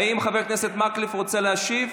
האם חבר הכנסת מקלב רוצה להשיב?